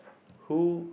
who